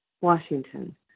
Washington